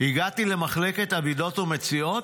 הגעתי למחלקת אבדות ומציאות?'